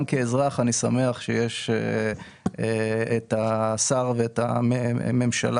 גם כאזרח אני שמח שיש את השר ואת הממשלה